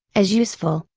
as useful,